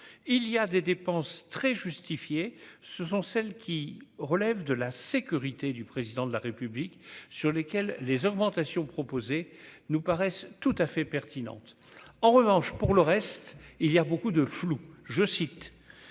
il y a des dépenses très justifié ce sont celles qui relèvent de la sécurité du président de la République, sur lesquels les augmentations proposées nous paraissent tout à fait pertinente en revanche pour le reste, il y a beaucoup de flou, je cite